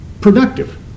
productive